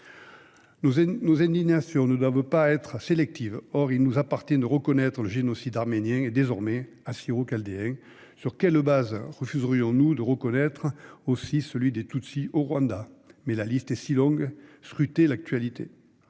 Nos indignations ne doivent pas être sélectives. Or, s'il nous appartient de reconnaître le génocide arménien, et désormais le génocide assyro-chaldéen, sur quel fondement refuserions-nous de reconnaître celui des Tutsis au Rwanda ? Et la liste est si longue ; scrutez l'actualité